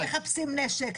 לא כך מחפשים נשק.